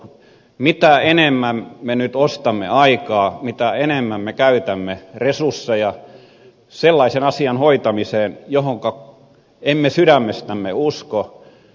mitä enemmän me nyt ostamme aikaa mitä enemmän me käytämme resursseja sellaisen asian hoitamiseen johonka emme sydämestämme usko